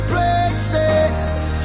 Places